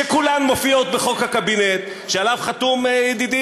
שכולן מופיעות בחוק הקבינט שעליו חתום ידידי,